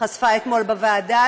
חשפה אתמול בוועדה,